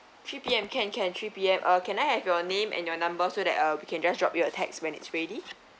three P_M can can three P_M uh can I have your name and your number so that uh we can just drop you a text when it's ready